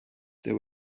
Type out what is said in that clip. there